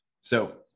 So-